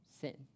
sin